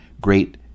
great